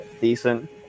Decent